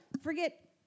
Forget